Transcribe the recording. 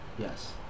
Yes